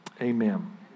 amen